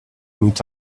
meet